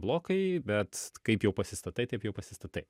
blokai bet kaip jau pasistatai taip jau pasistatai